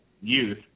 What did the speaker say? Youth